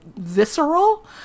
Visceral